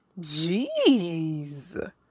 jeez